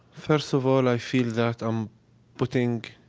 first of all, i feel that um putting